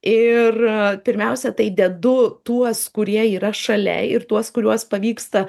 ir pirmiausia tai dedu tuos kurie yra šalia ir tuos kuriuos pavyksta